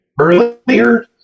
earlier